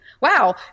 Wow